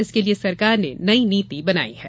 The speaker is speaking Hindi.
इसके लिये सरकार ने नई नीति बनाई है